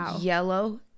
yellow